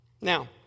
Now